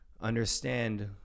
understand